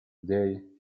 day